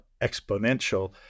exponential